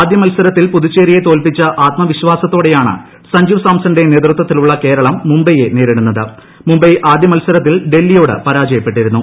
ആദ്യ മത്സരത്തിൽ പുതുച്ചേരിയെ തോൽപ്പിച്ച ആത്മവിശ്വാസത്തോടെയുട്ടുണ്ട് സഞ്ജു സാംസന്റെ നേതൃത്വത്തിലുള്ള കേരളം മുംബ്ബെൺ ആദ്യ മത്സരത്തിൽ ഡൽഹിയോട്ടു പ്പരാജയപ്പെട്ടിരുന്നു